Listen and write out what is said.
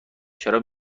چرا